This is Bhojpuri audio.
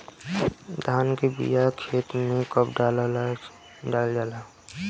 धान के बिया खेत में कब डालल जाला?